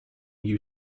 you